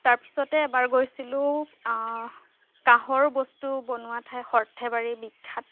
তাৰপিছতে এবাৰ গৈছিলো কাঁহৰ বস্তু বনোৱা ঠাই সৰ্থেবাৰী বিখ্যাত